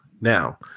Now